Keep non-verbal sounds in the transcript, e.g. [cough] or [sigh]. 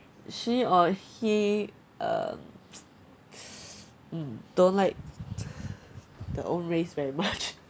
she or he um [noise] mm don't like their own race very much